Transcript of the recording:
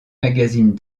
magazine